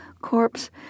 corpse